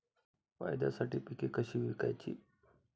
फायद्यासाठी पिके कशी विकायची?